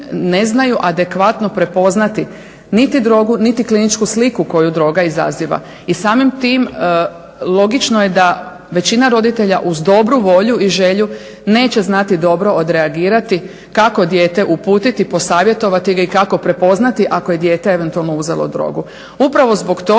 ne znaju adekvatno prepoznati niti drogu, niti kliničku sliku koju droga izaziva. I samim tim logično je da većina roditelja uz dobru volju i želju neće znati dobro odreagirati kako dijete uputiti, posavjetovati ga i kako prepoznati ako je dijete eventualno uzelo drogu. Upravo zbog toga